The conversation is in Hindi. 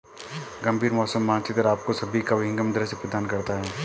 गंभीर मौसम मानचित्र आपको सभी का विहंगम दृश्य प्रदान करता है